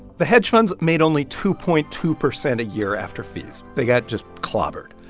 the hedge funds made only two point two percent a year after fees. they got just clobbered.